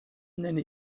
nenne